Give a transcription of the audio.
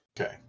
Okay